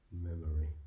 memory